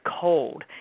cold